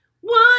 One